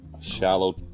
Shallow